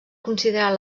considerar